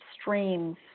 streams